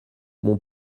mon